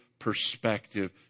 perspective